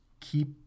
keep